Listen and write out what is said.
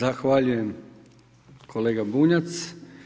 Zahvaljujem kolega Bunjac.